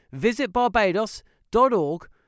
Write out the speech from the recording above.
visitbarbados.org